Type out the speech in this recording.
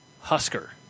Husker